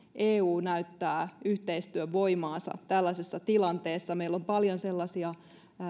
eu näyttää yhteistyövoimaansa tällaisessa tilanteessa meillä on paljon sellaisia